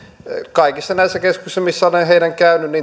kaikissa näissä heidän keskuksissa missä olen käynyt